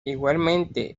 igualmente